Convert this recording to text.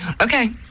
Okay